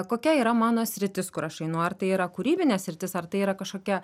kokia yra mano sritis kur aš einu ar tai yra kūrybinė sritis ar tai yra kažkokia